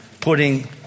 putting